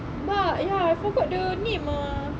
but ya I forgot the name ah